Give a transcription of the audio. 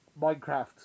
Minecraft